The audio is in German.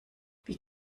wie